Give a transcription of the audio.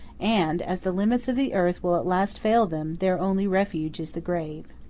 and as the limits of the earth will at last fail them, their only refuge is the grave.